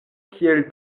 kiel